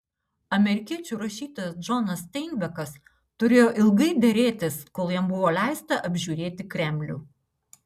amerikiečių rašytojas džonas steinbekas turėjo ilgai derėtis kol jam buvo leista apžiūrėti kremlių